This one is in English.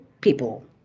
people